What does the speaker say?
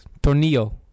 Tornillo